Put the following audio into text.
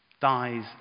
dies